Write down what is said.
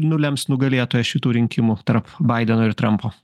nulems nugalėtoją šitų rinkimų tarp baideno ir trampo